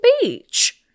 Beach